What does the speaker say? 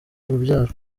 urubyaro